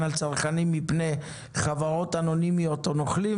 על צרכנים מפני חברות אנונימיות או נוכלים,